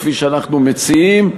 כפי שאנחנו מציעים,